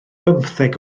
bymtheg